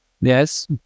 Yes